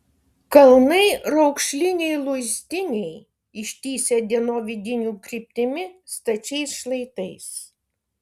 kalnai raukšliniai luistiniai ištįsę dienovidinių kryptimi stačiais šlaitais